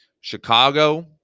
Chicago